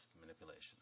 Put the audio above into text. manipulation